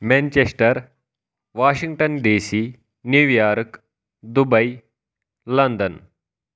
Manchester Washington DC new park Dubai London